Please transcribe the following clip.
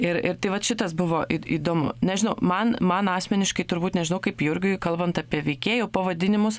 ir ir tai vat šitas buvo įdomu nežinau man man asmeniškai turbūt nežinau kaip jurgiui kalbant apie veikėjų pavadinimus